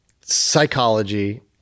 psychology